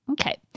Okay